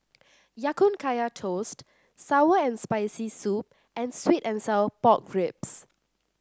Ya Kun Kaya Toast sour and Spicy Soup and sweet and Sour Pork Ribs